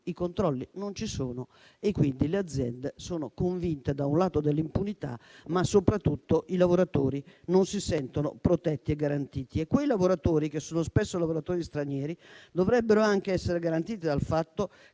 i controlli non ci sono e quindi - da un lato - le aziende sono convinte dell'impunità e - dall'altro - soprattutto i lavoratori non si sentono protetti e garantiti. Quei lavoratori, che sono spesso lavoratori stranieri, dovrebbero anche essere garantiti dal fatto che,